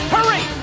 Hurry